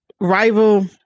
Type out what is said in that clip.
rival